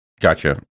Gotcha